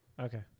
Okay